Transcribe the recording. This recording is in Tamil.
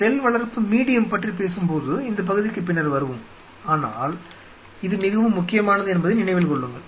செல் வளர்ப்பு மீடியம் பற்றி பேசும்போது இந்த பகுதிக்கு பின்னர் வருவோம் ஆனால் இது மிகவும் முக்கியமானது என்பதை நினைவில் கொள்ளுங்கள்